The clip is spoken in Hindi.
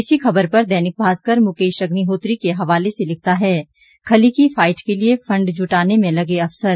इसी खबर पर दैनिक भास्कर मुकेश अग्निहोत्री के हवाले से लिखता है खली की फाइट के लिए फंड जुटाने में लगे अफसर